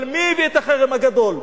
אבל מי הביא את החרם הגדול?